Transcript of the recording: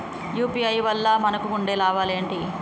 UPI వల్ల మనకు ఉండే లాభాలు ఏంటి?